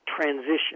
transition